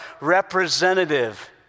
representative